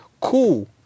Cool